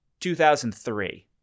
2003